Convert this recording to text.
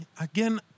again